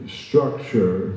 structure